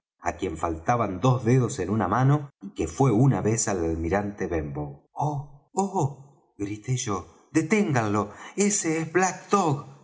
á quien faltaban dos dedos en una mano y que fué una vez al almirante benbow oh grité yo deténganlo ese